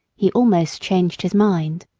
he almost changed his mind.